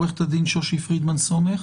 עורכת הדין שושי פרידמן-סומך.